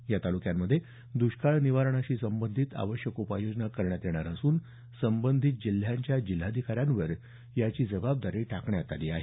या तालुक्यांमध्ये दष्काळ निवारणाशी संबंधित आवश्यक उपाययोजना करण्यात येणार असून संबंधित जिल्ह्यांच्या जिल्हाधिकाऱ्यांवर याची जबाबदारी टाकण्यात आली आहे